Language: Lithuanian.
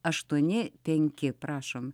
aštuoni penki prašom